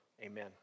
amen